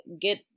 get